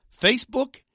Facebook